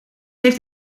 heeft